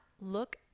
look